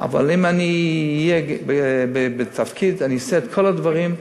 אבל אם אני אהיה בתפקיד אני אעשה את כל הדברים,